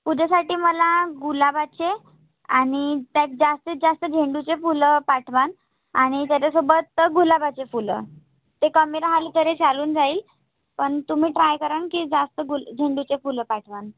उद्यासाठी मला गुलाबाचे आणि त्यात जास्तीत जास्त झेंडूचे फुलं पाठवाल आणि त्याच्यासोबत गुलाबाचे फुलं ते कमी राहिले तरी चालून जाईल पण तुम्ही ट्राय कराल की जास्त गुल झेंडूचे फुलं पाठवाल